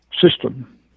system